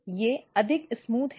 वे अधिक चिकनी हैं